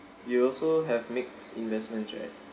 you also have mixed investments right